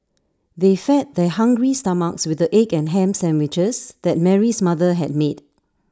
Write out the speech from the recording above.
they fed their hungry stomachs with the egg and Ham Sandwiches that Mary's mother had me